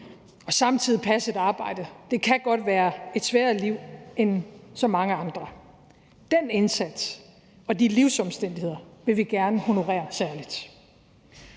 og samtidig passe et arbejde kan godt være et sværere liv end så mange andres. Den indsats og de livsomstændigheder vil vi gerne honorere særligt.